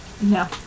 no